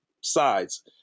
sides